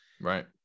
right